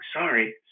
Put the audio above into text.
sorry